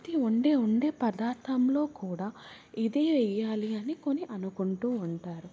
ప్రతి వండే వండే పదార్థంలో కూడా ఇదే వెయ్యాలి అని కొని అనుకుంటూ ఉంటారు